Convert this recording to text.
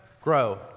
Grow